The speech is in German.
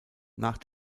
nach